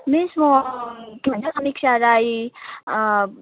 miss म के भन्छ समिक्षा राई